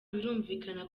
birumvikana